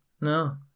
No